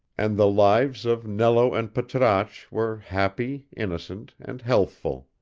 and the lives of nello and patrasche were happy, innocent, and healthful.